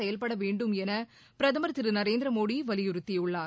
செயல்படவேண்டும் என பிரதமர் திரு நரேந்திரமோடி வலியுறுத்தியுள்ளார்